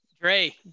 Dre